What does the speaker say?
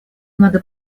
надо